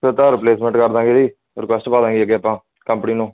ਫਿਰ ਤਾ ਪਲੇਸਮੈਂਟ ਕਰ ਦਵਾਂਗੇ ਜੀ ਰਿਕੁਐਸਟ ਪਾ ਦਵਾਂਗੇ ਅੱਗੇ ਆਪਾਂ ਕੰਪਨੀ ਨੂੰ